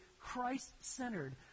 Christ-centered